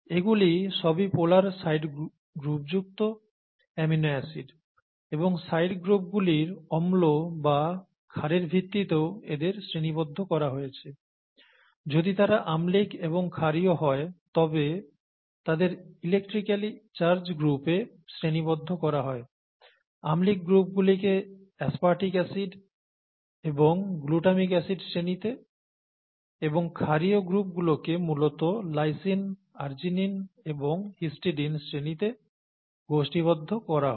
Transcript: এগুলি সবই হল পোলার সাইড গ্রুপযুক্ত অ্যামিনো অ্যাসিড এবং সাইড গ্রুপগুলির অম্ল বা ক্ষারের ভিত্তিতেও এদের শ্রেণীবদ্ধ করা হয়েছে যদি তারা আম্লীক এবং ক্ষারীয় হয় তবে তাদের ইলেক্ট্রিক্যালি চার্জ গ্রুপে শ্রেণীবদ্ধ করা হয় আম্লীক গ্রুপ গুলিকে অ্যাসপারটিক অ্যাসিড এবং গ্লুটামিক অ্যাসিড শ্রেণিতে এবং ক্ষারীয় গ্রুপগুলোকে মূলত লাইসিন আরজিনিন এবং হিসটিডিন শ্রেণিতে গোষ্ঠীবদ্ধ করা হয়